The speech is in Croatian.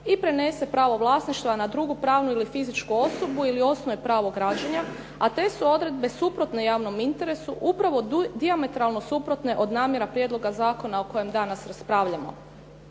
i prenese pravo vlasništva na drugu pravnu ili fizičku osobu ili osnuje pravo građenja a te su odredbe suprotne javnom interesu upravo dijametralno suprotne od namjera prijedloga zakona o kojem danas raspravljamo.